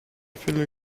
viele